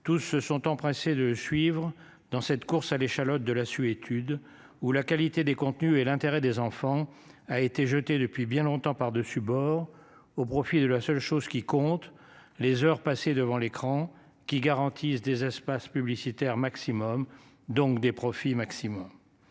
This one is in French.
tous se sont empressés de suivre dans cette course à l'échalote de la su études ou la qualité des contenus et l'intérêt des enfants a été jetée depuis bien longtemps par dessus bord au profit de la seule chose qui compte les heures passées devant l'écran qui garantissent des espaces publicitaires maximum donc des profits maximum.